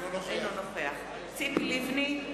אינו נוכח ציפי לבני,